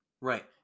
Right